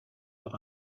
par